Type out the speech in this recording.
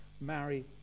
marry